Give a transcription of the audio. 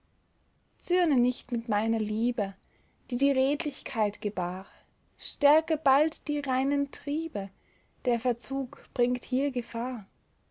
zürne nicht mit meiner liebe die die redlichkeit gebar stärke bald die reinen triebe der verzug bringt hier gefahr